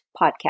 podcast